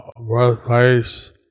birthplace